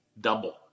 double